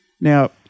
Now